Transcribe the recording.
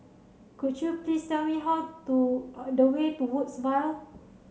could you please tell me how to the way to Woodsville